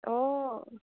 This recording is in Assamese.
অঁ